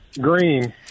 Green